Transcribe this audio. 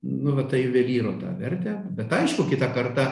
nu va tą juvelyro tą vertę bet aišku kitą kartą